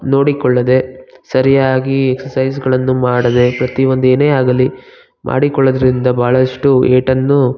ನೋಡಿಕೊಳ್ಳದೆ ಸರಿಯಾಗಿ ಎಕ್ಸಸೈಸ್ಗಳನ್ನು ಮಾಡದೆ ಪ್ರತಿ ಒಂದು ಏನೇ ಆಗಲಿ ಮಾಡಿಕೊಳ್ಳೋದ್ರಿಂದ ಭಾಳಷ್ಟು ಏಟನ್ನು